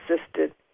assisted